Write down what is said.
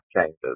changes